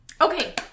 Okay